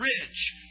rich